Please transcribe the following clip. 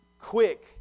quick